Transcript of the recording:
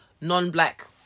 non-black